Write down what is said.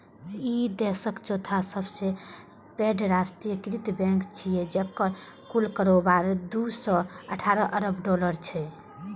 ई देशक चौथा सबसं पैघ राष्ट्रीयकृत बैंक छियै, जेकर कुल कारोबार दू सय अठारह अरब डॉलर छै